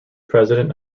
president